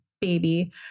baby